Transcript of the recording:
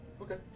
Okay